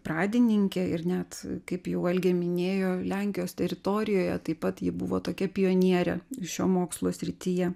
pradininkė ir net kaip jau algė minėjo lenkijos teritorijoje taip pat ji buvo tokia pionierė šio mokslo srityje